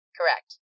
Correct